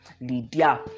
Lydia